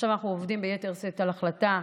עכשיו אנחנו עובדים ביתר שאת על החלטה